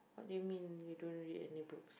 what do you mean you don't read any books